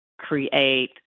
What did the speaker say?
create